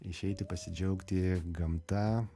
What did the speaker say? išeiti pasidžiaugti gamta